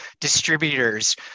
distributors